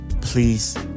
please